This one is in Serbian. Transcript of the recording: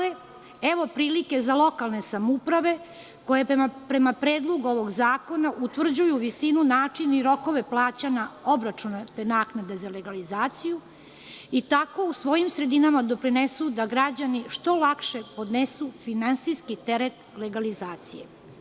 Evo prilike za lokalne samouprave, koje prema predlogu ovog zakona utvrđuju visinu, način i rokove plaćanja obračunate naknade za legalizaciju i tako u svojim sredinama doprinesu da građani što lakše podnesu finansijski teret legalizacije.